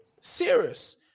Serious